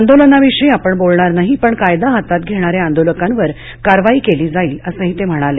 आंदोलनाविषयी आपण बोलणार नाही पण कायदा हातात घेणाऱ्या आंदोलकांवर कारवाई केली जाईल असही ते म्हणाले